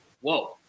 whoa